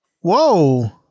Whoa